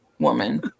woman